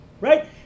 Right